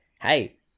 hey